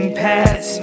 pass